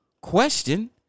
question